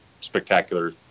spectacular